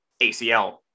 ACL